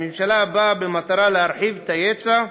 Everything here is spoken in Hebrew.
מטרת הממשלה להרחיב את ההיצע.